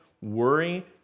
worry